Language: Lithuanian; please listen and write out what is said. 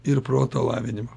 ir proto lavinimo